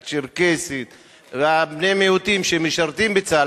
הצ'רקסית ובני המיעוטים שמשרתים בצה"ל.